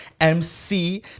MC